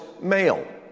male